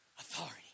Authority